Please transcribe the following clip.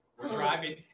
driving